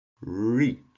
reach